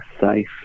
safe